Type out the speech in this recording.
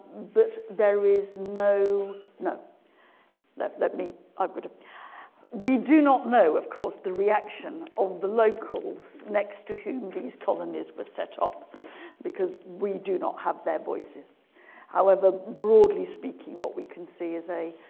but there is no no let let me i would we do not know of course the reaction of the locals next to whom these colonies were set off because we do not have their voices however broadly speaking what we can see is a